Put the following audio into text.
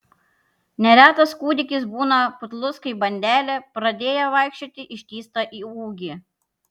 neretas kūdikis būna putlus kaip bandelė pradėję vaikščioti ištįsta į ūgį